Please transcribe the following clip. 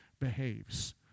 behaves